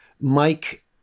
Mike